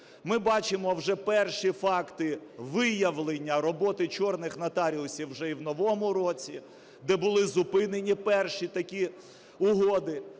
Ми бачимо вже перші факти виявлення роботи "чорних" нотаріусів уже й в новому році, де були зупинені перші такі угоди.